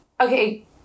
Okay